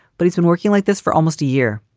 but he's been working like this for almost a year.